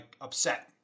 upset